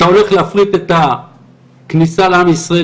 אתה הולך להפריט את הכניסה לעם ישראל,